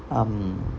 um